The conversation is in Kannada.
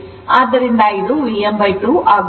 ಆದ್ದರಿಂದ ಇದು Vm2 ಆಗುತ್ತದೆ